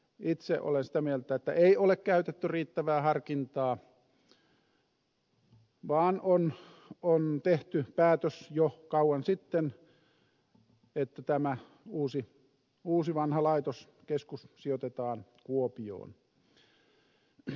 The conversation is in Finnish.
itse olen sitä mieltä että ei ole käytetty riittävää harkintaa vaan on tehty päätös jo kauan sitten että tämä uusivanha laitos keskus sijoitetaan kuopioon